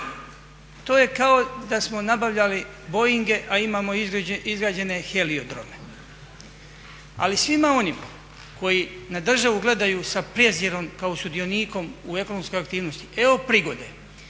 To je kao da smo nabavljali Boeinge a imamo izgrađene heliodrome. Ali svima onima koji na državu gledaju sa prezirom kao sudionikom u ekonomskoj aktivnosti evo prigode